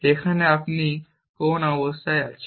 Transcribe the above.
যেখানে আপনি কোন নির্দিষ্ট অবস্থায় আছেন